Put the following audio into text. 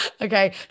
okay